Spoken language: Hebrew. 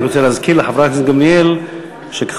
אני רק רוצה להזכיר לחברת הכנסת גמליאל שכחבר